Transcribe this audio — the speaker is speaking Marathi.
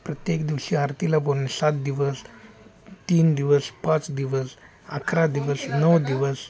प्रत्येक दिवशी आरतीला बोलणे सात दिवस तीन दिवस पाच दिवस अकरा दिवस नऊ दिवस